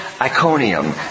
Iconium